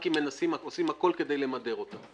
והבנקים עושים הכל כדי למדר אותם.